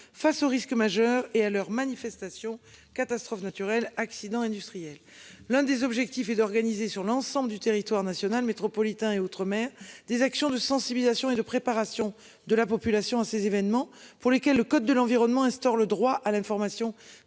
face aux risques majeurs et à leur manifestation catastrophe naturelle accident industriel. L'un des objectifs est d'organiser sur l'ensemble du territoire national métropolitain et outre-mer des actions de sensibilisation et de préparation de la population à ces événements pour lesquels le code de l'environnement instaure le droit à l'information des